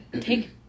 take